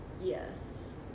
Yes